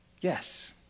Yes